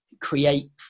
create